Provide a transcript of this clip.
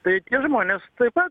tai tie žmonės taip pat